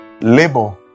Labor